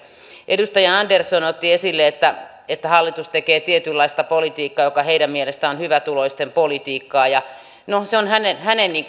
edustaja andersson otti esille että että hallitus tekee tietynlaista politiikkaa joka heidän mielestään on hyvätuloisten politiikkaa no se on hänen hänen